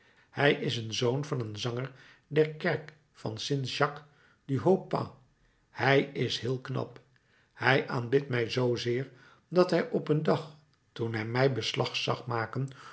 hij is de zoon van een zanger der kerk van st jacques du haut pas o hij is heel knap hij aanbidt mij zoozeer dat hij op een dag toen hij mij beslag zag maken